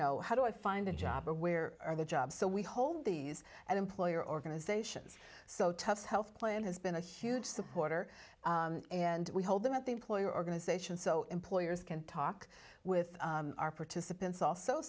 know how do i find a job or where are the jobs so we hold these at employer organizations so tough health plan has been a huge supporter and we hold them at the employer organization so employers can talk with our participants also